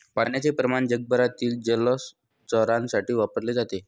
पाण्याचे प्रमाण जगभरातील जलचरांसाठी वापरले जाते